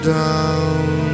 down